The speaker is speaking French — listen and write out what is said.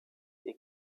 est